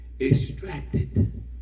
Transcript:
extracted